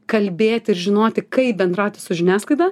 kalbėt ir žinoti kaip bendrauti su žiniasklaida